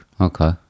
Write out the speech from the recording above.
Okay